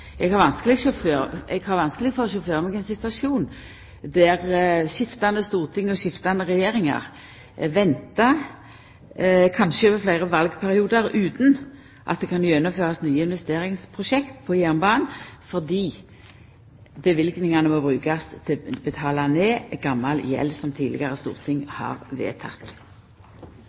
Eg har vanskeleg for å sjå for meg ein situasjon der skiftande storting og skiftande regjeringar ventar kanskje over fleire valperiodar utan at det kan gjennomførast nye investeringsprosjekt på jernbanen fordi løyvingane må brukast til å betala ned gammal gjeld som tidlegare storting har